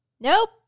Nope